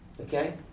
Okay